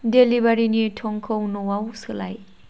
डेलिबारिनि थंखौ न'आव सोलाय